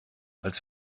als